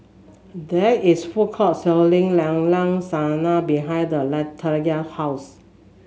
there is a food court selling Llao Llao Sanum behind the Latanya house